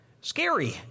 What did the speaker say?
scary